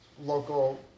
local